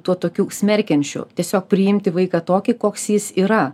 tuo tokiu smerkiančiu tiesiog priimti vaiką tokį koks jis yra